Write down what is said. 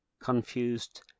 confused